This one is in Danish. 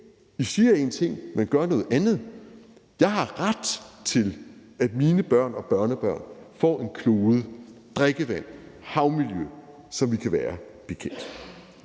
I siger én ting, men gør noget andet – jeg har ret til, at mine børn og børnebørn får en klode, noget drikkevand og et havmiljø, som vi kan være bekendt.